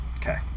Okay